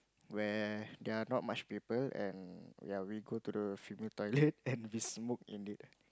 where there are not much people and ya we go to the female toilet and we smoke in it